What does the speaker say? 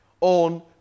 on